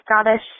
Scottish